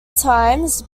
times